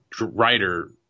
writer